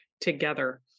together